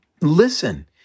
listen